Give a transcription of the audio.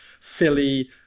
Philly